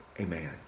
amen